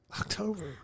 October